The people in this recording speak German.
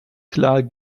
klar